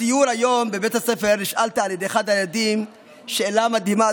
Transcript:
בסיור היום בבית הספר נשאלתי על ידי אחד הילדים שאלה מדהימה,